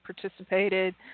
participated